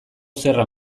zerra